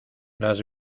las